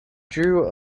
drew